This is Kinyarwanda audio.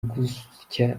gusya